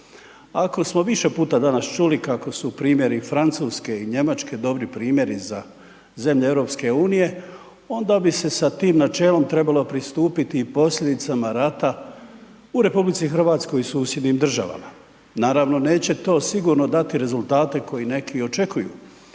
Ako smo više puta danas čuli kako su primjeri Francuske i Njemačke dobri primjeri za zemlje Europske unije, onda bi se sa tim načelom trebalo pristupiti i posljedicama rata u Republici Hrvatskoj i susjednim državama. Naravno neće to sigurno dati rezultate koje neki očekuju,